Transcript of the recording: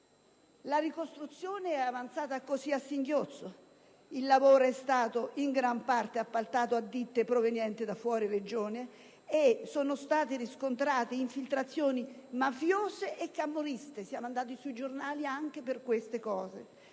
La ricostruzione è andata avanti così, a singhiozzo. Il lavoro è stato in gran parte appaltato a ditte provenienti da fuori Regione, si sono riscontrate infiltrazioni mafiose e camorriste, tanto da finire sui giornali anche per questi fatti.